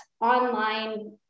online